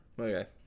Okay